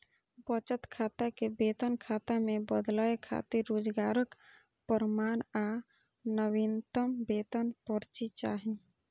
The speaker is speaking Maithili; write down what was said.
बचत खाता कें वेतन खाता मे बदलै खातिर रोजगारक प्रमाण आ नवीनतम वेतन पर्ची चाही